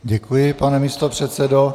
Děkuji, pane místopředsedo.